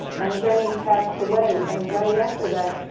and then he passed away, and right after that,